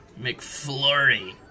McFlurry